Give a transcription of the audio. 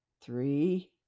Three